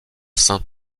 saint